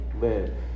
live